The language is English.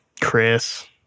Chris